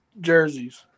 jerseys